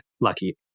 lucky